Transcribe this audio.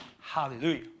Hallelujah